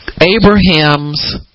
Abraham's